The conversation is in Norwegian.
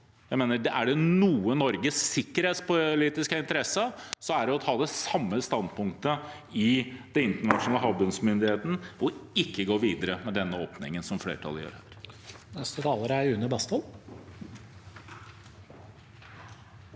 er det noe Norge har sikkerhetspolitisk interesse av, er det å ta det samme standpunktet i Den internasjonale havbunnsmyndigheten og ikke gå videre med den åpningen som flertallet gjør.